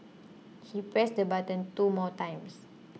he pressed the button two more times